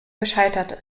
gescheitert